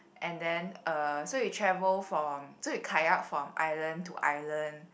and then uh so you travel from so you kayak from island to island